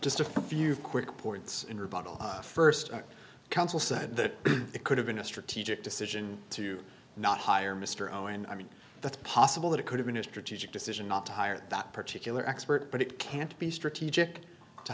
just a few quick points in rebuttal first counsel said that it could have been a strategic decision to not hire mr owen i mean that's possible that it could have been a strategic decision not to hire that particular expert but it can't be strategic to